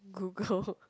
Google